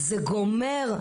זה גומר,